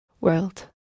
world